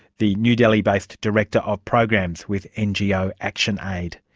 the new delhi-based director of programs with ngo ah actionaid.